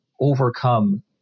overcome